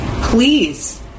please